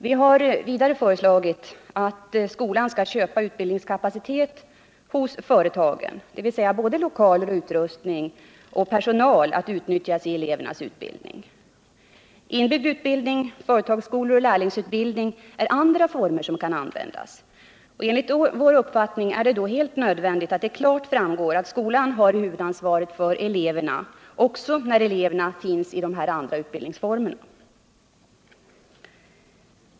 Vi har vidare föreslagit att skolan skall köpa utbildningskapacitet hos företagen, dvs. såväl lokaler och utrustning som personal, att utnyttjas i elevernas utbildning. Inbyggd utbildning, företagsskolor och lärlingsutbildning är andra former som kan användas. Enligt vår uppfattning är det dock helt nödvändigt att det klart framgår att skolan har huvudansvaret för eleverna också när de finns i sådana utbildningsformer.